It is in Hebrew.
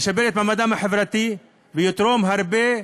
ישפר את מעמדם החברתי, ויתרום הרבה,